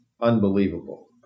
unbelievable